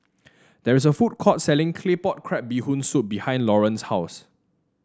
there is a food court selling Claypot Crab Bee Hoon Soup behind Loran's house